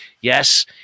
Yes